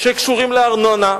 שקשורים לארנונה,